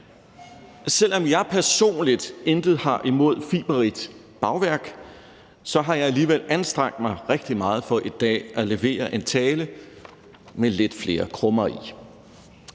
Selv om jeg personligt intet har imod fiberrigt bagværk, har jeg alligevel anstrengt mig rigtig meget for i dag at levere en tale med lidt flere krummer i.